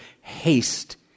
haste